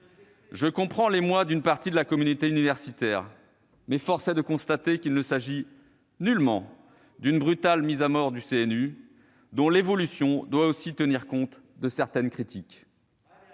Je comprends l'émoi d'une partie de la communauté universitaire, mais force est de constater qu'il ne s'agit nullement d'une brutale mise à mort du CNU, dont l'évolution doit aussi tenir compte de certaines critiques.